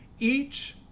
each,